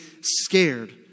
scared